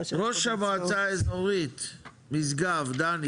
ראש המועצה האזורית משגב, דני